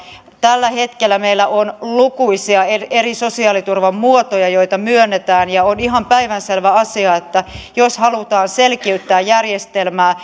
tällä hetkellä meillä on lukuisia eri sosiaaliturvan muotoja joita myönnetään ja on ihan päivänselvä asia että jos halutaan selkiyttää järjestelmää